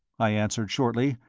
i answered, shortly,